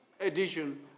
edition